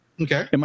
Okay